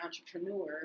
entrepreneur